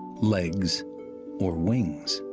legs or wings.